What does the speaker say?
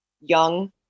young